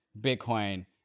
Bitcoin